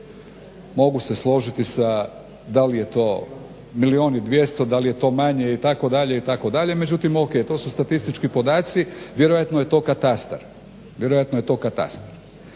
Mogu se složiti sa da li je to milijun i dvjesto, da li je to manje itd., itd. međutim ok, to su statistički podaci. Vjerojatno je to katastar.